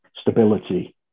stability